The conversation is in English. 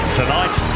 tonight